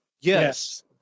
Yes